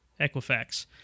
Equifax